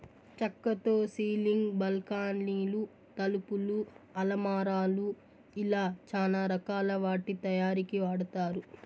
చక్కతో సీలింగ్, బాల్కానీలు, తలుపులు, అలమారాలు ఇలా చానా రకాల వాటి తయారీకి వాడతారు